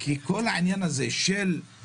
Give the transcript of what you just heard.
מה שהתחדד לנו במהלך הדיונים כשגיבשנו את הצעת החוק,